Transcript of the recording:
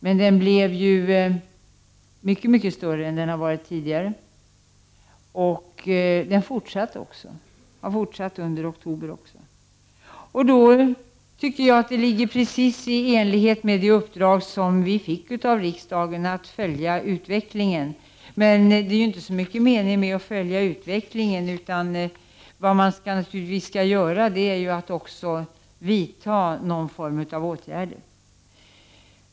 Men denna ström blev mycket större än den har varit tidigare, och den fortsatte också under oktober. Och då tycker jagatt det är precis i enlighet med det uppdrag som regeringen fick av riksdagen att följa utvecklingen. Men det är inte så stor mening med att enbart följa utvecklingen, utan vad man naturligtvis skall göra är att också vidta någon form av åtgärder.